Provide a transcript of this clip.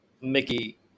Mickey